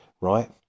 right